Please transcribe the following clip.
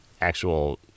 actual